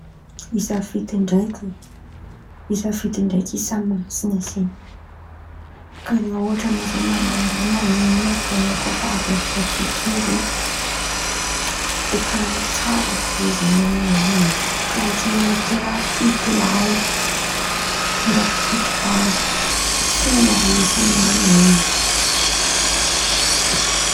Isa fito ndraiky, isa fito ndraiky isa masin̈y zen̈y, karàha ohatra an̈ao zao man̈ano raha na ino na ino ataon̈ao zen̈y avy amy faha fito in̈y zen̈y de karàha tsara fo zen̈y aminany in̈y, karàha ohatra oe miteraha fito lahy ndraiky fito vavy, feno a isa aminany in̈y.